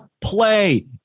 play